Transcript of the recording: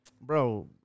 bro